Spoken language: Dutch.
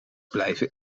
blijven